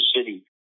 city